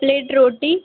plate रोटी